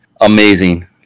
amazing